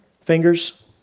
fingers